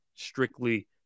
Strictly